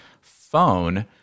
phone